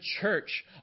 church